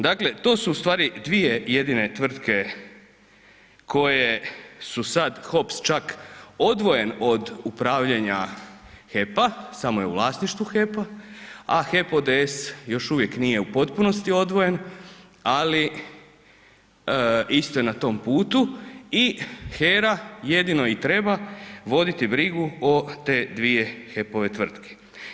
Dakle to su ustvari dvije jedine tvrtke koje su sad, HOP čak odvojen od upravljanja HEP-a, samo je u vlasništvu HEP-a, a HEP ODS još uvijek nije u potpunosti odvojen ali isto je na tom putu i HERA jedino i treba voditi brigu o te dvije HEP-ove tvrtke.